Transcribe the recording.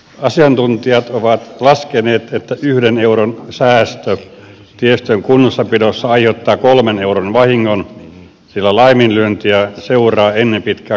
asiantuntijat ovat laskeneet että yhden euron säästö tiestön kunnossapidossa aiheuttaa kolmen euron vahingon sillä laiminlyöntiä seuraa ennen pitkää kallis peruskorjaus